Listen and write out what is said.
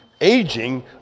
aging